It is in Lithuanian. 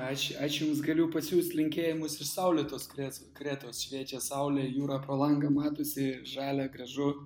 aš aš jums galiu pasiųst linkėjimus iš saulėtos kres kretos šviečia saulė jūra pro langą matosi žalia gražu